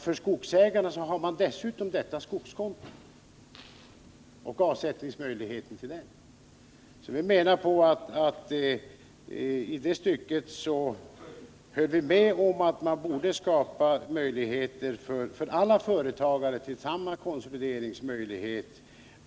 För skogsägarna har man emellertid också skogskontot och möjligheten att avsätta medel till detta. Härvidlag höll vi med om att man borde skapa samma möjligheter för alla företagare att konsolidera sina företag.